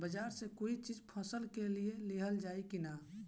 बाजार से कोई चीज फसल के लिहल जाई किना?